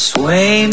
Sway